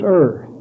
earth